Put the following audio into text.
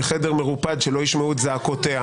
בחדר מרופד שלא ישמעו את זעקותיה.